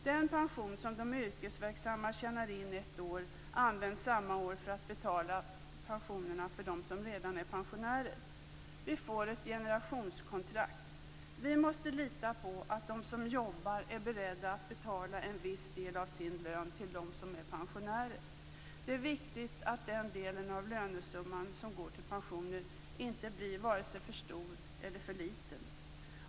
Den pension som de yrkesverksamma tjänar in ett år används samma år för att betala pensionerna för dem som redan är pensionärer. Vi får ett generationskontrakt. Vi måste lita på att de som jobbar är beredda att betala en viss del av sin lön till dem som är pensionärer. Det är viktigt att den delen av lönesumman som går till pensioner inte blir vare sig för stor eller för liten.